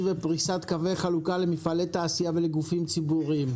ופריסת קווי החלוקה למפעלי תעשייה ולגופים ציבוריים.